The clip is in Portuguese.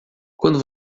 quando